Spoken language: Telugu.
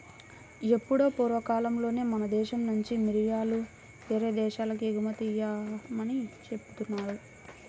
ఎప్పుడో పూర్వకాలంలోనే మన దేశం నుంచి మిరియాలు యేరే దేశాలకు ఎగుమతయ్యాయని జెబుతున్నారు